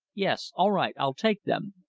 yes! all right, i'll take them.